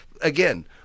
again